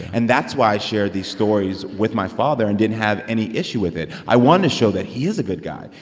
and that's why i shared these stories with my father and didn't have any issue with it. i wanted to show that he is a good guy.